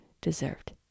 deserved